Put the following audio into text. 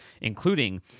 including